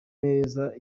meza